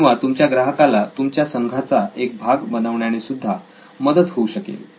किंवा तुमच्या ग्राहकाला तुमच्या संघाचा एक भाग बनवण्याने सुद्धा मदत होऊ शकेल